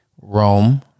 Rome